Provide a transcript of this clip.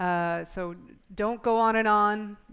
um so don't go on and on.